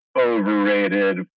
Overrated